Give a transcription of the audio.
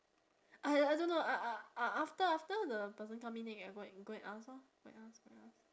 I I don't know uh uh after after the person come in then you can go and go and ask lor go and ask go and ask